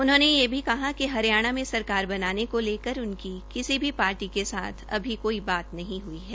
उन्होंने यह भी कहा कि हरियाणा मे सरकार बनाने को लेकर उनकी पार्टी किसी भी पार्टी के साथ अभी कोई बात नहीं हुई है